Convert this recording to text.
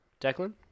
Declan